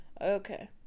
Okay